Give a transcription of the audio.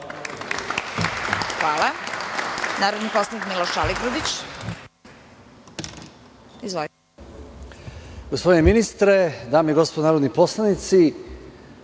ima narodni poslanik Miloš Aligrudić.